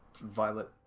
violet